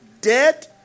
dead